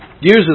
uses